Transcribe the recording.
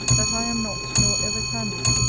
that i am not, nor ever can be,